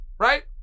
right